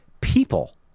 people